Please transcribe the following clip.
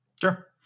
Sure